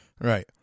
Right